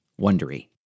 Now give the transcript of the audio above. wondery